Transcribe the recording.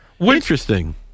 Interesting